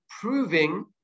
proving